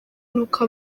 n’uko